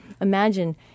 Imagine